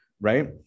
right